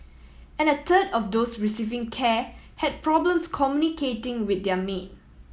and a third of those receiving care had problems communicating with their maid